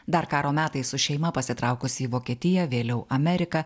dar karo metais su šeima pasitraukusi į vokietiją vėliau ameriką